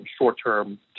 short-term